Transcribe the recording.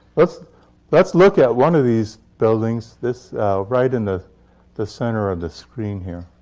let's let's look at one of these buildings. this right in the the center of the screen here.